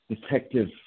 detective